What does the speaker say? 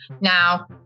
Now